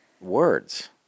words